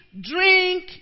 drink